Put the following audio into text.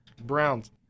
Browns